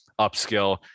upskill